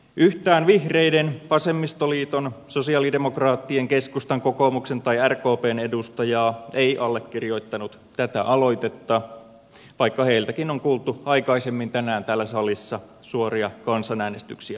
yhtään vihreiden vasemmistoliiton sosialidemokraattien keskustan kokoomuksen tai rkpn edustajaa ei allekirjoittanut tätä aloitetta vaikka heiltäkin on kuultu aikaisemmin tänään täällä salissa suoria kansanäänestyksiä puoltavia puheenvuoroja